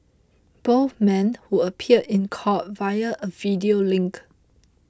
both men who appeared in court via a video link